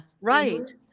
right